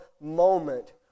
moment